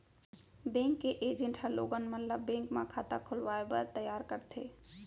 bank के agent ह लोगन मन ल बेंक म खाता खोलवाए बर तइयार करथे